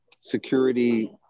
security